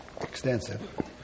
extensive